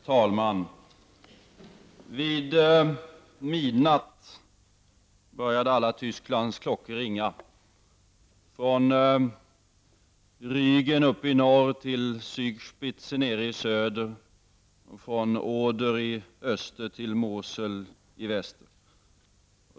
Herr talman! Vid midnatt började alla Tysklands klockor att ringa. Från Ru gen uppe i norr till Zugspitze nere i söder, från Oder i öster till Mosel i väster.